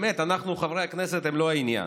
באמת, חברי הכנסת הם לא העניין.